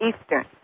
Eastern